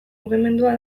mugimendua